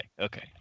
okay